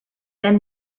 then